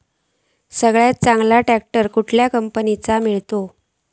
सगळ्यात चांगलो ट्रॅक्टर कसल्या कंपनीचो मिळता?